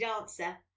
answer